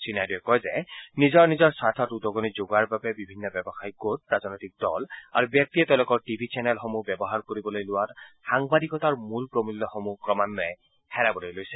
শ্ৰীনাইডুৱে কয় যে নিজৰ নিজৰ স্বাৰ্থত উদগনি যোগোৱাৰ বাবে বিভিন্ন ব্যৱসায়িক গোট ৰাজনৈতিক দল আৰু ব্যক্তিয়ে তেওঁলোকৰ টি ভি চেনেলসমূহ ব্যৱহাৰ কৰিবলৈ লোৱাত সাংবাদিকৰতাৰ মূল প্ৰমুল্যসমূহ ক্ৰমান্বয়ে হেৰাবলৈ লৈছে